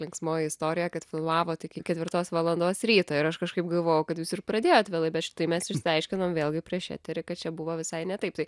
linksmoji istorija kad filmavot iki ketvirtos valandos ryto ir aš kažkaip galvojau kad jūs ir pradėjot vėlai bet šitai mes išsiaiškinom vėlgi prieš eterį kad čia buvo visai ne taip tai